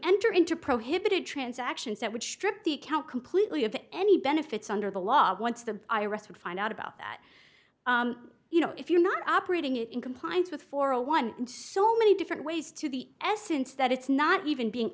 enter into prohibited transactions that would strip the account completely of any benefits under the law once the i r s would find out about that you know if you're not operating in compliance with for a one in so many different ways to the essence that it's not even being